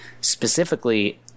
specifically